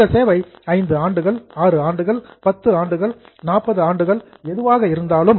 இந்த சேவை 5 ஆண்டுகள் 6 ஆண்டுகள் 10 ஆண்டுகள் 40 ஆண்டுகள் எதுவாகவும் இருக்கலாம்